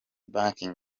banking